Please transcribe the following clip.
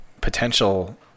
Potential